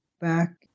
back